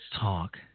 talk